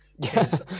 yes